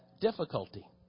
difficulty